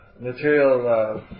material